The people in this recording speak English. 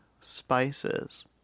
spices